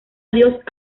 adiós